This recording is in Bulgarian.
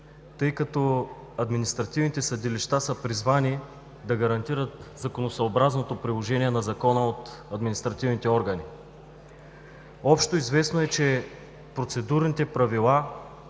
тъй като административните съдилища са призвани да гарантират законосъобразното приложение на Закона от административните органи. Общо известно е, че процедурните правила